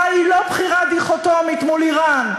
היא לא בחירה דיכוטומית מול איראן,